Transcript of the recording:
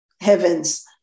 heavens